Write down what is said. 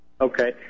Okay